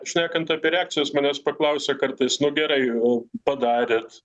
šnekant apie reakcijas manęs paklausia kartais nu gerai o padarėt